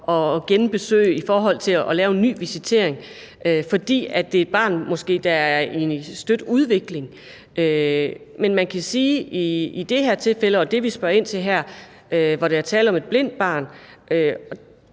at genbesøge og lave en ny visitering, fordi det er et barn, der måske er i støt udvikling. Men man kan sige, at der i det her tilfælde i forhold til det, vi spørger ind til her, hvor der er tale om et blindt barn,